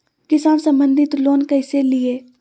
किसान संबंधित लोन कैसै लिये?